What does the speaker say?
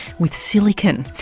with silicon.